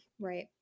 Right